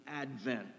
advent